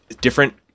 different